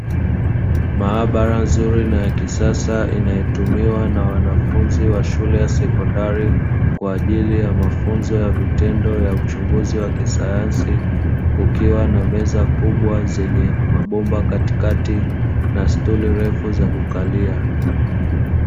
Maabara nzuri na ya kisasa inayotumiwa na wanafunzi wa shule ya sekondari kwa ajili ya mafunzo ya vitendo ya uchunguzi wa kisayansi, kukiwa na meza kubwa zenye mabomba katikati na stuli lefu za kukalia.